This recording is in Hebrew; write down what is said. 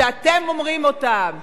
שאתם אומרים אותם,